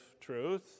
truth